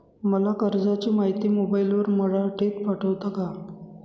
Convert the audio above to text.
मला कर्जाची माहिती मोबाईलवर मराठीत पाठवता का?